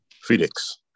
Felix